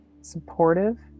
supportive